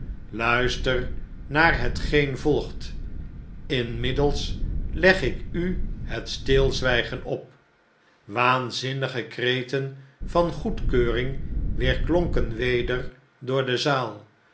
luister naar hetgeen volgt inmiddels leg ik u het stilzwijgen op waanzinnige kreten van goedkeuring weerklonken weder door de zaal